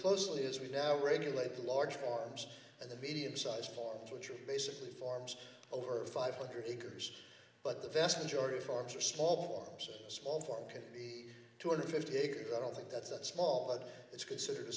closely is we now regulate the large farms and the medium sized parks which are basically farms over five hundred acres but the vast majority of farms are small farms or small farm could be two hundred fifty acres i don't think that's that small it's considered a